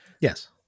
Yes